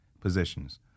positions